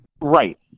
Right